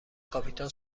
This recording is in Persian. کاپیتان